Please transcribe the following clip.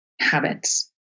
habits